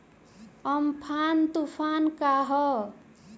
Amphan तुफान का ह?